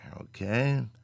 okay